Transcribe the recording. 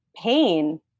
pain